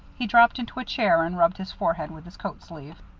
he dropped into a chair and rubbed his forehead with his coat-sleeve.